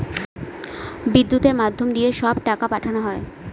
বিদ্যুতের মাধ্যম দিয়ে সব টাকা পাঠানো হয়